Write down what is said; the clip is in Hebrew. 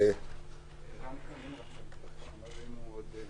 אבל אנחנו מחוקקים פה דבר שהוא בימים כתיקונם לא